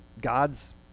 God's